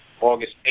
August